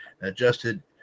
adjusted